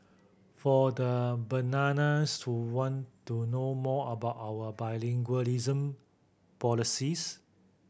for the bananas who want to know more about our bilingualism policies